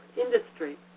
industry